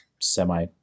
semi